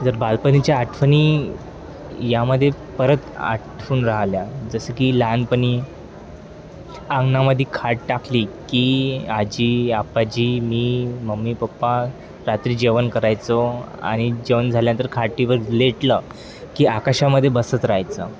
जर बालपणीच्या आठवणी यामध्ये परत आठवून राह्यल्या जसं की लहानपणी अंगणामध्ये खाट टाकली की आजी आपाजी मी मम्मी पप्पा रात्री जेवण करायचो आणि जेवण झाल्यानंतर खाटीवर लेटलं की आकाशामध्ये बसत राहायचं